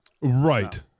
Right